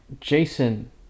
Jason